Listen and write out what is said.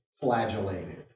flagellated